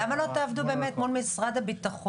למה שלא תעבדו באמת מול משרד הביטחון,